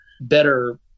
better